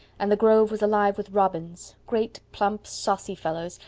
and the grove was alive with robins great, plump, saucy fellows,